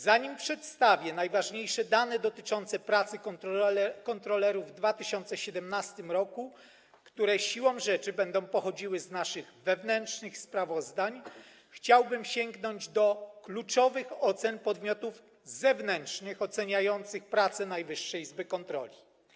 Zanim przedstawię najważniejsze dane dotyczące pracy kontrolerów w 2017 r., które siłą rzeczy będą pochodziły z naszych wewnętrznych sprawozdań, chciałbym sięgnąć do kluczowych ocen podmiotów zewnętrznych opiniujących pracę Najwyższej Izby Kontroli.